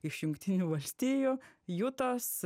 iš jungtinių valstijų jutos